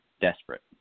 desperate